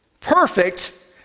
perfect